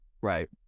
Right